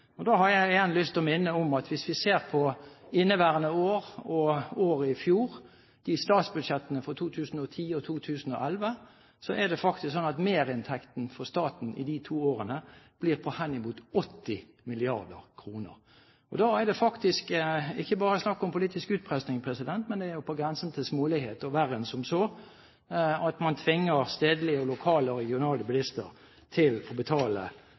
vei. Da har jeg igjen lyst til å minne om at hvis vi ser på inneværende år og året i fjor, statsbudsjettene for 2010 og 2011, er det faktisk slik at merinntekten for staten i de to årene blir på henimot 80 mrd. kr. Da er det faktisk ikke bare snakk om politisk utpressing, men det er på grensen til smålighet og verre enn som så at man tvinger stedlige og lokale og regionale bilister til å betale